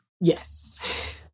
Yes